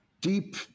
deep